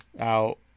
out